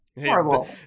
Horrible